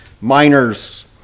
miners